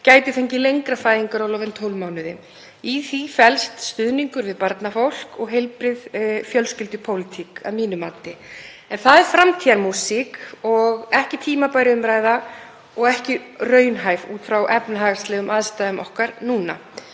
gæti fengið lengra fæðingarorlof en 12 mánuði. Í því felst stuðningur við barnafólk og heilbrigð fjölskyldupólitík að mínu mati. En það er framtíðarmúsík og ekki tímabær umræða og ekki raunhæf út frá efnahagslegum aðstæðum okkar núna.